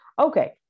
Okay